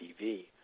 TV